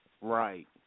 Right